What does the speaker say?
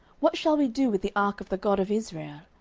what shall we do with the ark of the god of israel?